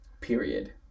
Period